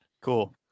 Cool